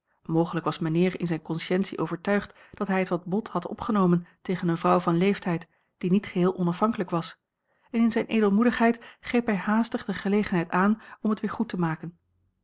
mogelijk was mijnheer in zijne conscientie overtuigd dat hij het wat bot had opgenomen tegen eene vrouw van leeftijd die niet geheel onafhanklijk was en in zijne edelmoedigheid greep hij haastig de gelegenheid aan om het weer goed te maken